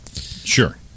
Sure